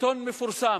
עיתון מפורסם.